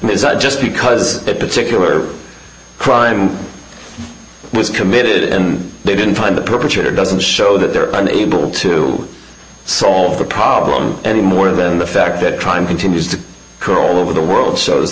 just because that particular crime was committed and they didn't find the perpetrator doesn't show that they're unable to solve the problem any more than the fact that crime continues to occur all over the world shows that